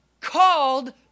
called